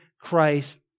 Christ